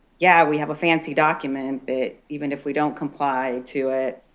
yeah, we have a fancy document, but even if we don't comply to it,